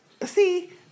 see